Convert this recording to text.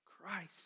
Christ